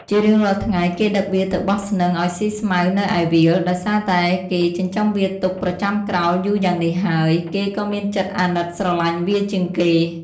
ជារៀងរាល់ថ្ងៃ គេដឹកវាទៅបោះស្នឹងឲ្យស៊ីស្មៅនៅឯវាល ដោយសារតែគេចិញ្ចឹមវាទុកប្រចាំក្រោលយូរយ៉ាងនេះហើយ គេក៏មានចិត្តអាណិតស្រឡាញ់វាជាងគេ។